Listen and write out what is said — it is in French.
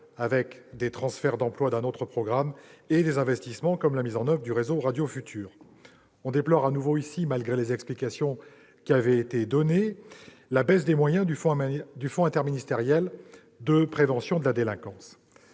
avec des transferts d'emplois d'un autre programme et des investissements comme la mise en oeuvre du réseau radio du futur. On déplore de nouveau ici, malgré les explications qui avaient été fournies, la baisse des moyens du fonds interministériel de prévention de la délinquance.